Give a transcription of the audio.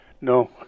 No